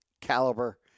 caliber